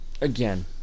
again